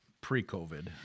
pre-COVID